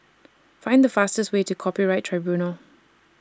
Find The fastest Way to Copyright Tribunal